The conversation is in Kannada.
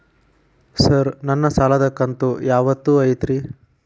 ಸರ್ ನನ್ನ ಸಾಲದ ಕಂತು ಯಾವತ್ತೂ ಐತ್ರಿ?